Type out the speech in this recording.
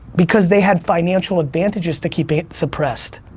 because they had financial advantages to keep it suppressed.